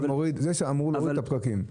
זה אמור להוריד את הפקקים.